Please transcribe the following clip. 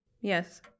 Yes